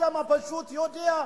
האדם הפשוט יודע,